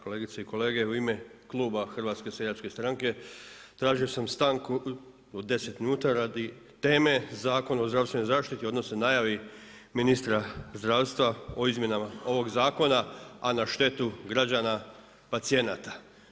Kolegice i kolege, u ime kluba HSS-a tražio sam stanku od 10 minuta radi teme Zakon o zdravstvenoj zaštiti odnosno najavi ministra zdravstva o izmjenama ovog zakona a na štetu građana pacijenata.